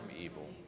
evil